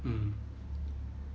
mm